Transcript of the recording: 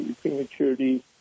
prematurity